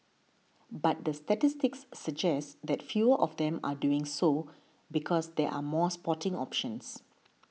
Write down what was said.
but the statistics suggest that fewer of them are doing so because there are more sporting options